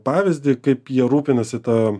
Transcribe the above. pavyzdį kaip jie rūpinasi ta